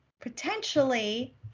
potentially